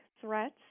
threats